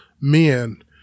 men